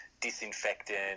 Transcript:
disinfectant